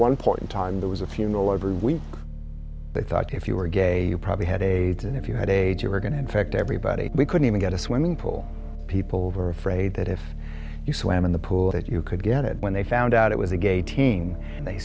one point in time there was a funeral i believe they thought if you were gay you probably had eight and if you had age you were going to infect everybody we couldn't even get a swimming pool people were afraid that if you swam in the pool that you could get it when they found out it was a gay teen and they